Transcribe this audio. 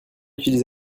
utiliser